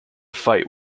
fight